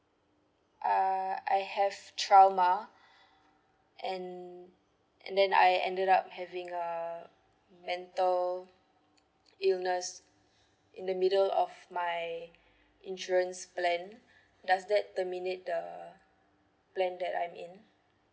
uh I have trauma and and then I ended up having a mental illness in the middle of my insurance plan does that terminate the plan that I'm in